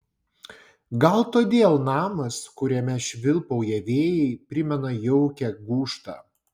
gal todėl namas kuriame švilpauja vėjai primena jaukią gūžtą